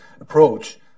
approach